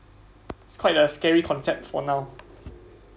it's quite a scary concept for now